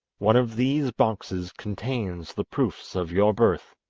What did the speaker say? one of these boxes contains the proofs of your birth.